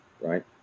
Right